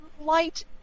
light